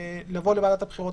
לבוא לוועדת הבחירות.